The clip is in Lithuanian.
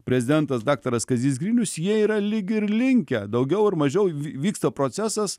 prezidentas daktaras kazys grinius jie yra lyg ir linkę daugiau ar mažiau vyksta procesas